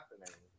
happening